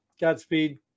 godspeed